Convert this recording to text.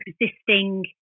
existing